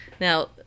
Now